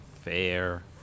fair